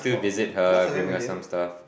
what what's her name again